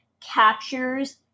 captures